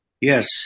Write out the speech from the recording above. Yes